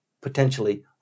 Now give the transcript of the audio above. potentially